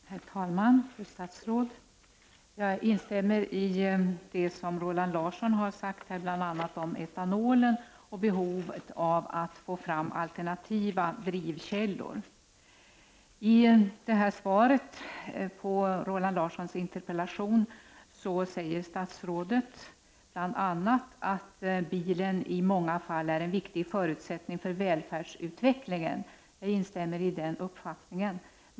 Herr talman! Fru statsråd! Jag instämmer i det som Roland Larsson här har sagt om bl.a. etanol och behovet av att få fram alternativa drivmedelskällor. I svaret på Roland Larssons interpellation säger statsrådet bl.a. att bilen i många fall är en viktig förutsättning för välfärdsutvecklingen. Jag instämmer i denna uppfattning.